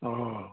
अ